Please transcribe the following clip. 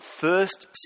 first